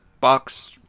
box